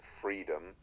freedom